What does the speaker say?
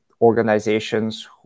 organizations